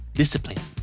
discipline